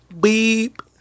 Beep